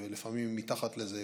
ולפעמים מתחת לזה,